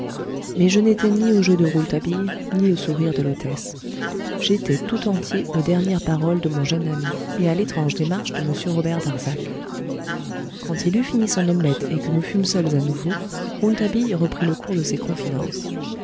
mais je n'étais ni aux jeux de rouletabille ni aux sourires de l'hôtesse j'étais tout entier aux dernières paroles de mon jeune ami et à l'étrange démarche de m robert darzac quand il eut fini son omelette et que nous fûmes seuls à nouveau rouletabille reprit le cours de ses confidences